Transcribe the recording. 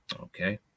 okay